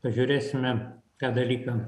pažiūrėsime tą dalyką